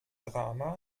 drama